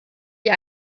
dir